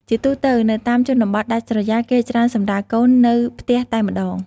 ជាទូទៅ នៅតាមជនបទដាច់ស្រយាល គេច្រើនសម្រាលកូននៅផ្ទះតែម្ដង។